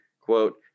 quote